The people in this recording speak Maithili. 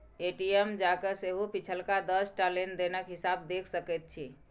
ए.टी.एम जाकए सेहो पिछलका दस टा लेन देनक हिसाब देखि सकैत छी